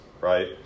right